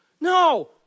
No